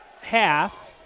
half